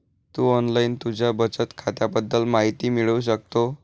तू online तुझ्या बचत खात्याबद्दल माहिती मिळवू शकतो